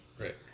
right